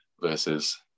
versus